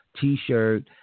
T-shirt